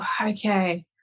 okay